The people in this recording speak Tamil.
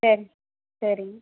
சரி சரிங்க